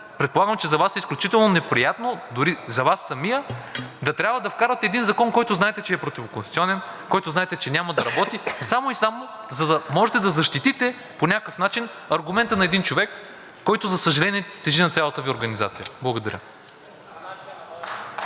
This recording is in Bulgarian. предполагам, че за Вас е изключително неприятно, дори за Вас самия, да трябва да вкарвате един закон, за който знаете, че е противоконституционен, който знаете, че няма да работи, само и само да можете да защитите по някакъв начин аргумента на един човек, който, за съжаление, тежи на цялата Ви организация. Благодаря.